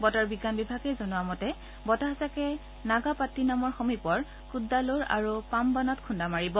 বতৰ বিজ্ঞান বিভাগে জনোৱা মতে বতাহজাকে নাগাপাটিনামৰ সমীপৰ কুদ্দালোৰ আৰু পামবানত খুন্দা মাৰিব